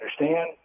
understand